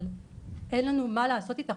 אבל אין לנו מה לעשות איתה.